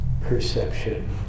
perception